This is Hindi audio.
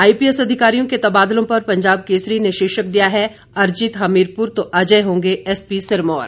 आईपीएस अधिकारियों के तबादलों पर पंजाब केसरी ने शीर्षक दिया है अर्जित हमीरपुर तो अजय होंगे एसपी सिरमौर